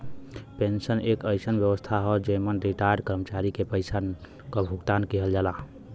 pension एक अइसन व्यवस्था हौ जेमन रिटार्यड कर्मचारी के पइसा क भुगतान किहल जाला